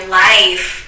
life